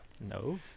No